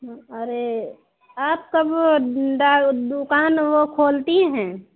अरे आप कब डा दुकान वह खोलती हैं